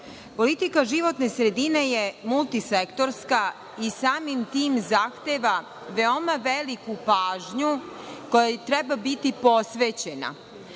svega. Politika životne sredine je multisektorska i samim tim zahteva veliku pažnju kojoj treba biti posvećena.